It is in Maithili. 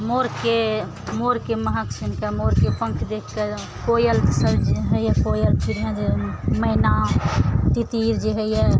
मोरके मोरके महक सुनिके मोरके पङ्ख देखके कोयल जे होइए कोयल चिड़ियाँ जे मैना तितीर जे होइए